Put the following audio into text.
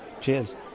cheers